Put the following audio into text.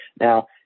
Now